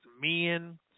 men